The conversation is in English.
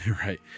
right